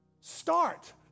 Start